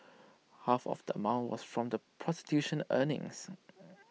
half of that mount was from the prostitution earnings